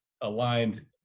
aligned